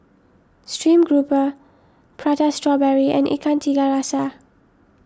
Stream Grouper Prata Strawberry and Ikan Tiga Rasa